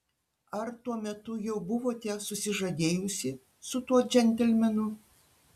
ar tuo metu jau buvote susižadėjusi su tuo džentelmenu